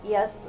Yes